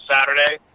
Saturday